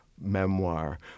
memoir